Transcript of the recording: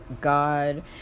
God